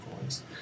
voice